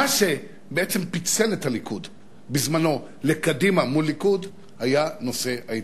מה שבעצם פיצל את הליכוד בזמנו לקדימה מול ליכוד היה נושא ההתנתקות.